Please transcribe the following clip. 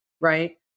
right